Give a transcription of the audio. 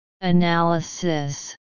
Analysis